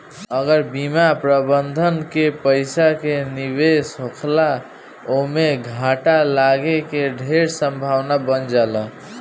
अगर बिना प्रबंधन के पइसा के निवेश होला ओमें घाटा लागे के ढेर संभावना बन जाला